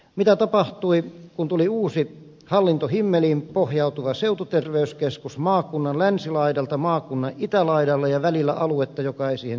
mitä tapahtui kun tuli uusi hallintohimmeliin pohjautuva seututerveyskeskus maakunnan länsilaidalta maakunnan itälaidalle ja välillä on aluetta joka ei siihen kuulukaan